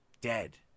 Dead